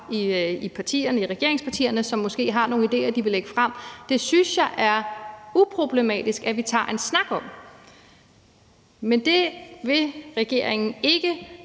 i regeringspartierne, som har nogle idéer, de vil lægge frem. Det synes jeg er uproblematisk at vi tager en snak om. Men det vil regeringen ikke,